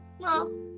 No